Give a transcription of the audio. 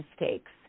mistakes